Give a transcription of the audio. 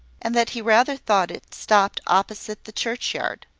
and that he rather thought it stopped opposite the churchyard.